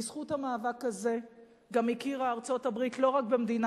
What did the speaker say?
בזכות המאבק הזה גם הכירה ארצות-הברית לא רק במדינה